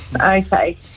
okay